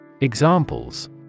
Examples